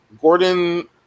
Gordon